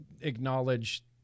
acknowledge